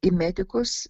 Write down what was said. į medikus